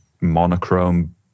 monochrome